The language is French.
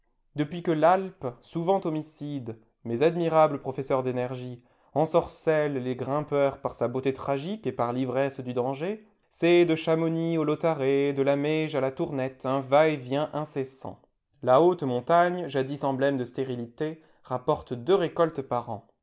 depuis que l'alpe souvent homicide mais admirable professeur d'énergie ensorcelle les grimpeurs par sa beauté tragique et par l'ivresse du danger c'est de chamonix au lautaret de la meije à la tournette un va et vient incessant la haute montagne jadis emblème de stérilité rapporte deux récoltes par an